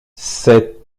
cet